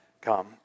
come